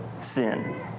sin